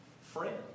friend